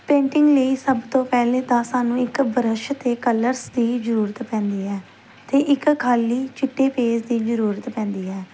painting ਲਈ ਸਭ ਤੋਂ ਪਹਿਲਾਂ ਤਾਂ ਸਾਨੂੰ ਇੱਕ ਬ੍ਰਸ਼ ਅਤੇ ਕਲਰਸ ਦੀ ਜ਼ਰੂਰਤ ਪੈਂਦੀ ਹੈ ਅਤੇ ਇੱਕ ਖਾਲੀ ਚਿੱਟੇ ਪੇਜ ਦੀ ਜ਼ਰੂਰਤ ਪੈਂਦੀ ਹੈ